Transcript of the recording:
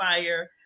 fire